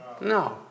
No